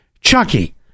Chucky